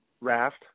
raft